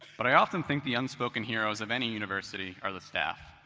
but i often think the unspoken heroes of any university are the staff.